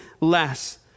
less